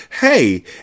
Hey